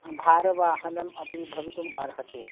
भारवाहनम् अपि भवितुम् अर्हति